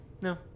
No